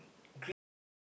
Greece right